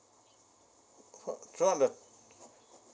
thro~ throughout the